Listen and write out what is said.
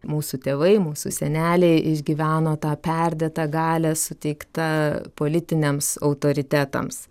mūsų tėvai mūsų seneliai išgyveno tą perdėtą galią suteiktą politiniams autoritetams